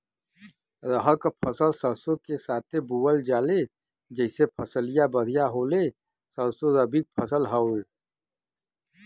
रहर क फसल सरसो के साथे बुवल जाले जैसे फसलिया बढ़िया होले सरसो रबीक फसल हवौ